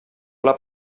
pla